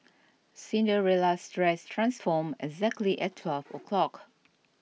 Cinderella's dress transformed exactly at twelve o'clock